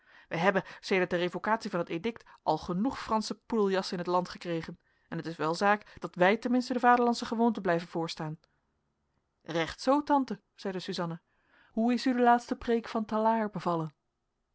wij hebben sedert de revocatie van het edict al genoeg fransche poedeljassen in het land gekregen en het is wel zaak dat wij ten minste de vaderlandsche gewoonten blijven voorstaan recht zoo tante zeide suzanna hoe is u de laatste preek van talard bevallen